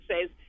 says